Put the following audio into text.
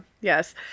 yes